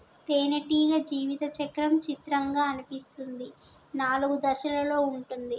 తేనెటీగ జీవిత చక్రం చిత్రంగా అనిపిస్తుంది నాలుగు దశలలో ఉంటుంది